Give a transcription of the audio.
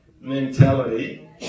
mentality